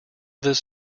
this